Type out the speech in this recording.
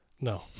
No